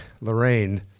Lorraine